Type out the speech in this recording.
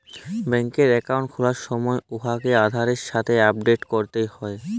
ব্যাংকে একাউল্ট খুলার সময় উয়াকে আধারের সাথে আপডেট ক্যরতে হ্যয়